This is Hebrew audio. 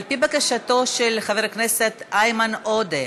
על-פי בקשתו של חבר הכנסת איימן עודה,